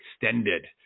extended